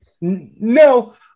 no